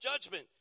judgment